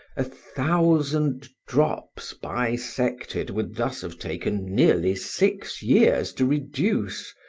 a thousand drops bisected would thus have taken nearly six years to reduce,